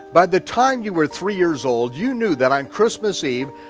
by the time you were three years old you knew that on christmas eve,